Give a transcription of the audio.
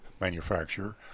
manufacturer